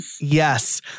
Yes